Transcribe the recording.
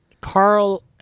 Carl